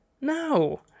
No